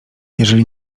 jeżeli